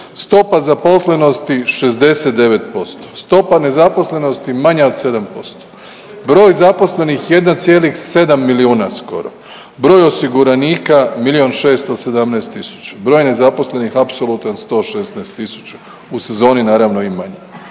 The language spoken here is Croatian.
stopa zaposlenosti 69%, stopa nezaposlenosti manja od 7%, broj zaposlenih 1,7 milijuna skoro, broj osiguranika milijun 617 tisuća, broj nezaposlenih apsolutan 116 tisuća, u sezoni naravno i manji,